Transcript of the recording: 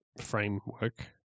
framework